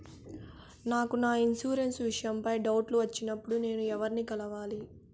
నాకు నా ఇన్సూరెన్సు విషయం పై డౌట్లు వచ్చినప్పుడు నేను ఎవర్ని కలవాలి?